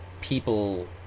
people